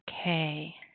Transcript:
Okay